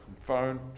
phone